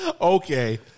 Okay